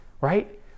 right